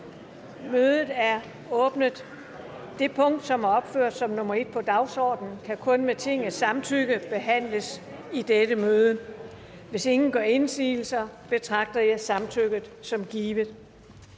(Karen J. Klint): Den sag, som er opført som punkt 1 på dagsordenen, kan kun med Tingets samtykke behandles i dette møde. Hvis ingen gør indsigelse, betragter jeg samtykket som givet.